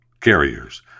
carriers